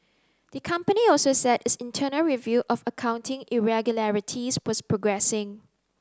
the company also said its internal review of accounting irregularities was progressing